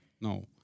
No